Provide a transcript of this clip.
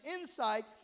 insight